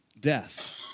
Death